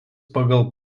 pagal